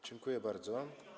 Dziękuję bardzo.